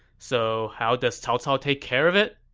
so how does cao cao take care of it?